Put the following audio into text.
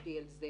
התעקשתי על זה